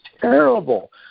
terrible